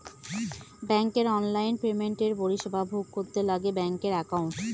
ব্যাঙ্কের অনলাইন পেমেন্টের পরিষেবা ভোগ করতে লাগে ব্যাঙ্কের একাউন্ট